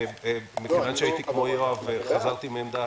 מכיוון שכמו יואב חזרתי מעמדתי,